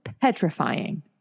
petrifying